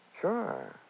Sure